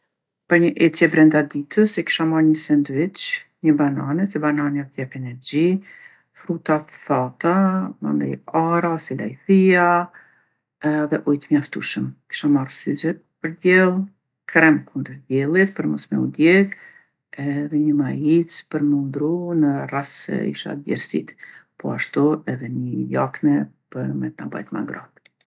Për një ecje brenda ditës e kisha marrë një sendviq, një banane se bananja t'jep energji, fruta t'thata, mandej arra ose lajthija edhe ujë t'mjaftushëm. Kisha marrë syze për diell, krem kundër diellit për mos me u djegë edhe një maicë për m'u ndrru në rast se isha djersitë. Poashtu edhe ni jakne për me ta mbajtë ma ngrohtë.